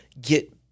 get